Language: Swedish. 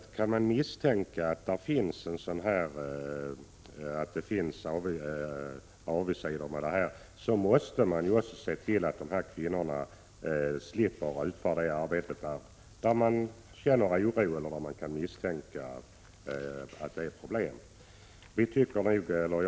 Om man kan misstänka att det finns avigsidor med detta arbete, måste man också se till att de här kvinnorna slipper utföra ett arbete där de känner oro eller där de misstänker att arbetet kan ge problem.